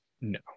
no